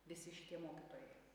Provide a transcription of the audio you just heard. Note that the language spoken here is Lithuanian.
visi šitie mokytojai